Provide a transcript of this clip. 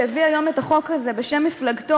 שהביא היום את החוק הזה בשם מפלגתו,